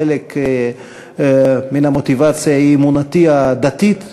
חלק מן המוטיבציה היא אמונתי הדתית.